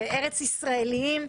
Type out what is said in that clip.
ארץ ישראליים,